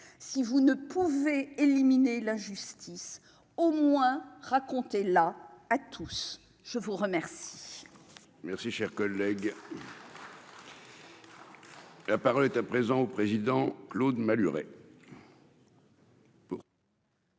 si vous ne pouvez éliminer l'injustice au moins racontez là à tous, je vous remercie.